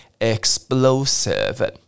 Explosive